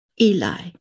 Eli